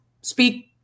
speak